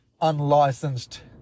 unlicensed